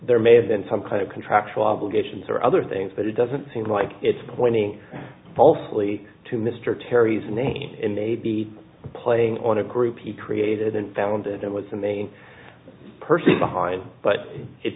there may have been some kind of contractual obligations or other things but it doesn't seem like it's pointing falsely to mr terry's name in they'd be playing on a groupie created unfounded and was the main person behind but it